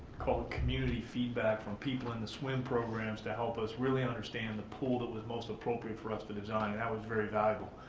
quote, community feedback from people in the swim programs to help us really understand the pool that was most appropriate for us to design and that was very valuable.